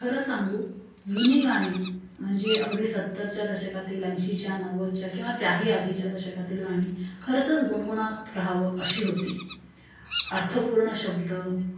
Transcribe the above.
खरं सांगू जुनी गाणी म्हणजे अगदी सत्तरच्या दशकातील ऐंशीच्या नव्वदच्या किंवा त्याही आधीच्या दशकातील गाणी खरंचच गुणगुणत राहावं अशी होती अर्थपूर्ण शब्द